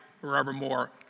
forevermore